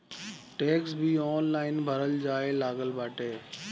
tax भी online भरल जाए लागल बाटे